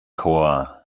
chor